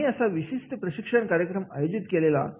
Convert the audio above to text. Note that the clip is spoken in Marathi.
आम्ही असा विशिष्ट प्रशिक्षण कार्यक्रम आयोजित केलेला